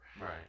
Right